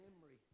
memory